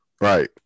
Right